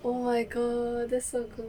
oh my god that's so good